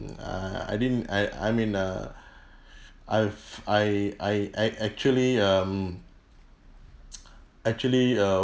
err I didn't I I mean uh I've I I ac~ actually um actually uh